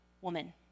woman